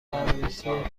عروسی